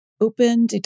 open